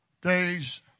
days